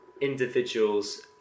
individuals